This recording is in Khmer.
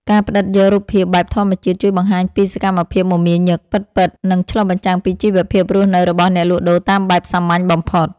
ការផ្ដិតយករូបភាពបែបធម្មជាតិជួយបង្ហាញពីសកម្មភាពមមាញឹកពិតៗ និង ឆ្លុះបញ្ចាំងពីជីវភាពរស់នៅរបស់អ្នកលក់ដូរតាមបែបសាមញ្ញបំផុត។